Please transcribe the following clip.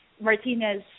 Martinez